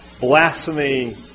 blasphemy